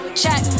check